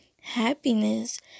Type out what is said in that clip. happiness